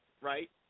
right